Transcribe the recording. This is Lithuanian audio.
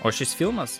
o šis filmas